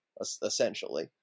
essentially